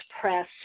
press